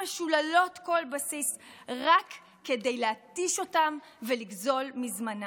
משוללות כל בסיס רק כדי להתיש אותם ולגזול מזמנם.